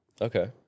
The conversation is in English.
Okay